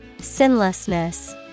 Sinlessness